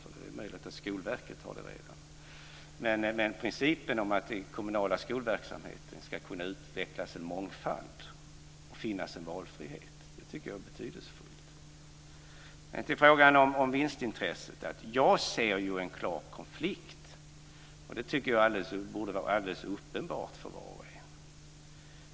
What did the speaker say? Det är möjligt att Skolverket redan har ett sådant. Jag tycker att principen om att det i den kommunala skolverksamheten ska kunna utvecklas en mångfald och finnas en valfrihet är betydelsefull. I frågan om vinstintresset ser jag en klar konflikt - och den tycker jag borde vara alldeles uppenbar för var och en.